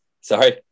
Sorry